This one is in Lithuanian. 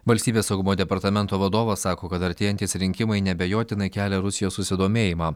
valstybės saugumo departamento vadovas sako kad artėjantys rinkimai neabejotinai kelia rusijos susidomėjimą